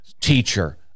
teacher